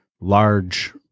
large